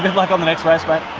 good luck on the next race, but